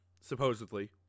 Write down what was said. supposedly